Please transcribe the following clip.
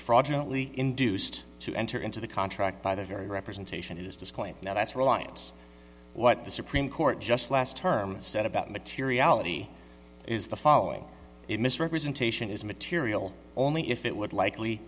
fraudulent we induced to enter into the contra by the very representation it is disclaimed now that's reliance what the supreme court just last term said about materiality is the following misrepresentation is material only if it would likely